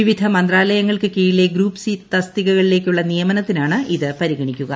വിവിധ മന്ത്രാലയങ്ങൾക്ക് കീഴിലെ ഗ്രൂപ്പ് സി സ്തികകളിലേയ്ക്കുള്ള നിയമനത്തിനാണ് ഇത് പരിഗണിക്കുക